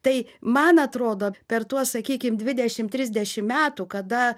tai man atrodo per tuos sakykim dvidešimt trisdešimt metų kada